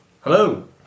hello